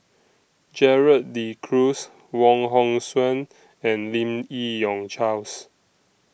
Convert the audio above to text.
Gerald De Cruz Wong Hong Suen and Lim Yi Yong Charles